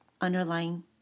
underlying